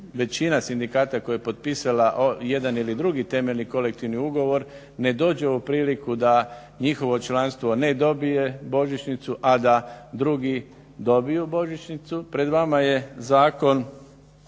većina sindikata koja je potpisala jedan ili drugi temeljni kolektivni ugovor ne dođe u priliku da njihovo članstvo ne dobije božićnicu, a da drugi dobiju božićnicu. Pred vama je zakon